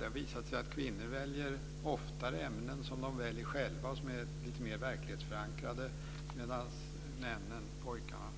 Det har visat sig att kvinnor ofta väljer ämnen som är mer verklighetsförankrade, medan männen, pojkarna,